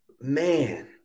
man